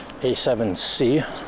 A7C